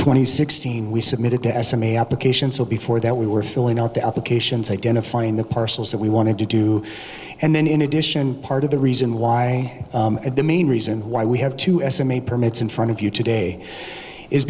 and sixteen we submitted the estimate applications will before that we were filling out the applications identifying the parcels that we wanted to do and then in addition part of the reason why the main reason why we have to estimate permits in front of you today is